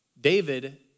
David